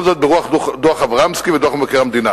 כל זאת ברוח דוח-אברמסקי ודוח מבקר המדינה.